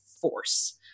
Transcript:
force